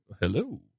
hello